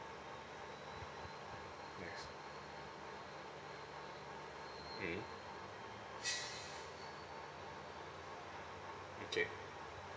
thanks mm okay